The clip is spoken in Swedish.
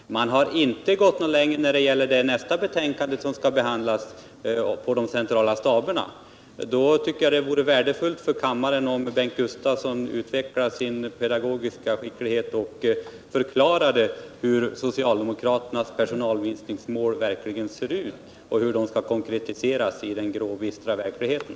Man har inte heller gått längre när det gäller de centrala staberna, som behandlas i nästa betänkande på föredragningslistan. Men om socialdemokraterna har en större ambition än vi att skära ned personal vore det värdefullt för kammaren om Bengt Gustavsson utvecklade sin pedagogiska skicklighet och förklarade hur socialdemokraternas personalminskningsmål verkligen ser ut och hur det skall konkretiseras i den grå och bistra verkligheten.